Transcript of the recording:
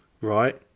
Right